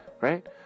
right